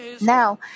Now